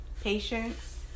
patience